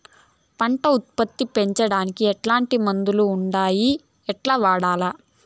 పంట ఉత్పత్తి పెంచడానికి ఎట్లాంటి మందులు ఉండాయి ఎట్లా వాడల్ల?